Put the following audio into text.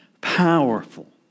Powerful